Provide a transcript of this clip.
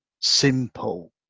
simple